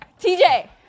TJ